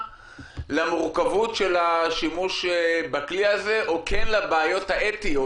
למורכבות של השימוש בכלי הזה או כן לבעיות האתיות